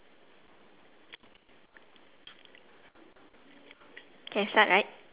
uh mine on the left side there's only one pair the one on top I mean there isn't one on top